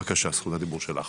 בבקשה, זכות הדיבור שלך.